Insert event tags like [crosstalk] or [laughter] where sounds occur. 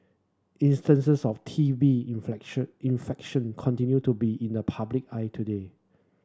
instances of T B [unintelligible] infection continue to be in the public eye today